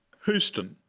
houston.